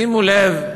שימו לב,